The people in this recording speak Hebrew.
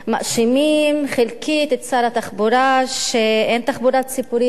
מאשימים חלקית את שר התחבורה שאין תחבורה ציבורית